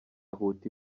huti